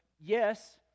yes